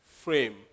frame